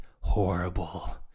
horrible